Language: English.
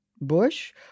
Bush